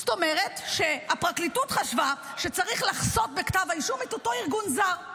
זאת אומרת שהפרקליטות חשבה שצריך לחשוף בכתב האישום את אותו ארגון זר.